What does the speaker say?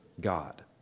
God